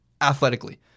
athletically